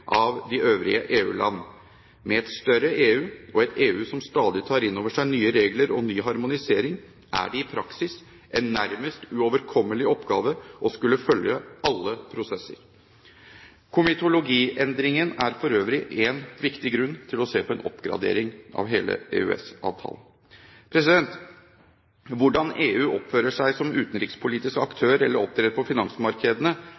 av de øvrige EU-land. Med et større EU, og et EU som stadig tar inn over seg nye regler og ny harmonisering, er det i praksis en nærmest uoverkommelig oppgave å skulle følge alle prosesser. Komitologiendringen er for øvrig én viktig grunn til å se på en oppgradering av hele EØS-avtalen. Hvordan EU oppfører seg som utenrikspolitisk